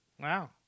wow